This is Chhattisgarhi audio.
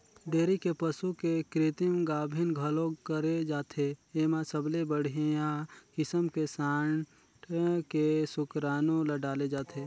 डेयरी के पसू के कृतिम गाभिन घलोक करे जाथे, एमा सबले बड़िहा किसम के सांड के सुकरानू ल डाले जाथे